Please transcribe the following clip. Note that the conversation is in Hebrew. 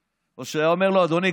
או שהוא היה אומר לו: אדוני,